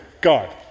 God